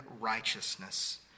righteousness